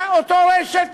אותה רשת.